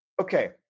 Okay